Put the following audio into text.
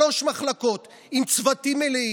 שלוש מחלקות עם צוותים מלאים.